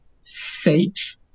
safe